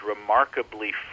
remarkably